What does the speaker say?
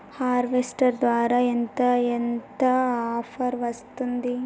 Harvester ధర ఎంత ఎంత ఆఫర్ వస్తుంది?